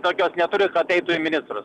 tokios neturi kad eitų į ministrus